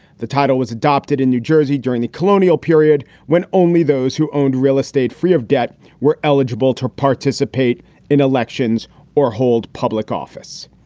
the title was adopted in new jersey during the colonial period, when only those who owned real estate free of debt were eligible to participate in elections or hold public office.